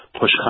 push